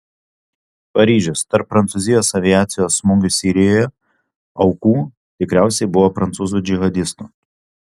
paryžius tarp prancūzijos aviacijos smūgių sirijoje aukų tikriausiai buvo prancūzų džihadistų